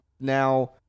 now